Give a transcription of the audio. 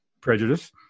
prejudice